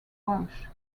welch